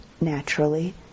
naturally